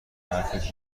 حرفت